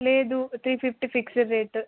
లేదు three fifty fixed rate